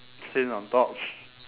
thin on top